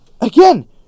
Again